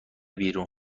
بیرون